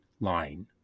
line